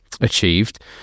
achieved